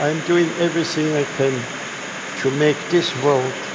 i'm doing everything i can to make this world